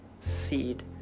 seed